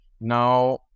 now